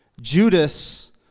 Judas